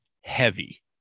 heavy